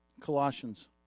Colossians